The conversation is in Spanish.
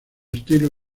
estilo